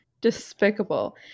Despicable